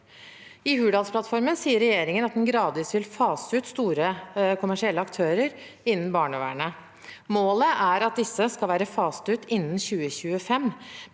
I Hurdalsplattformen sier regjeringen at en gradvis vil fase ut store kommersielle aktører innenfor barnevernet. Målet er at disse skal være faset ut innen 2025,